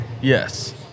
Yes